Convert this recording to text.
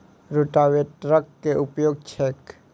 रोटावेटरक केँ उपयोग छैक?